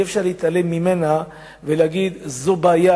ואי-אפשר להתעלם ממנה ולהגיד: זאת הבעיה